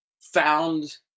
found